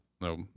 No